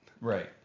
Right